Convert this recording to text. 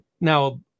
Now